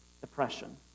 depression